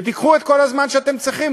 תיקחו את כל הזמן שאתם צריכים,